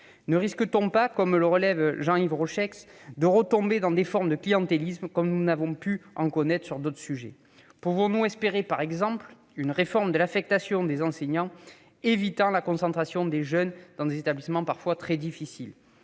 Ne risque-t-on pas, comme le relève Jean-Yves Rochex, de retomber dans des formes de clientélisme comme nous avons pu en connaître sur d'autres sujets ? Pouvons-nous espérer, par exemple, une réforme de l'affectation des enseignants évitant la concentration des jeunes dans des établissements parfois très difficiles ?